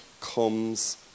comes